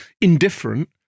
indifferent